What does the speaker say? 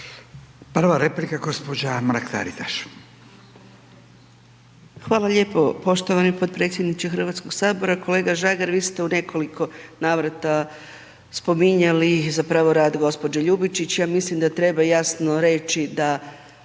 Prva replika gospođa Mrak Taritaš.